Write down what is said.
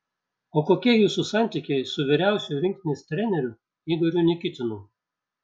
o kokie jūsų santykiai su vyriausiuoju rinktinės treneriu igoriu nikitinu